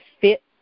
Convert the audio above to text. fit